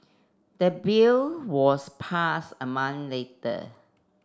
the bill was pass a month later